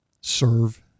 serve